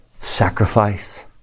Sacrifice